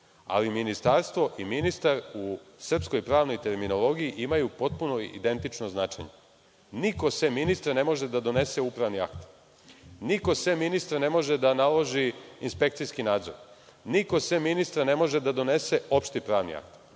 Ali, ministarstvo i ministar u srpskoj pravnoj terminologiji imaju potpuno identično značenje. Niko sem ministra ne može da donese upravni akt. Niko sem ministra ne može da naloži inspekcijski nadzor. Niko sem ministra ne može da donese opšti pravni